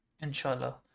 inshallah